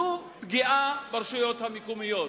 זו פגיעה ברשויות המקומיות.